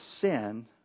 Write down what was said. sin